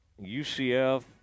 UCF